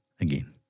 again